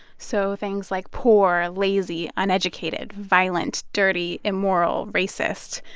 so things like poor, lazy, uneducated, violent, dirty, immoral, racist.